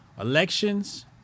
elections